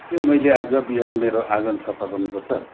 के मैले आज बिहान मेरो आँगन सफा गर्नु पर्छ